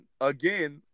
again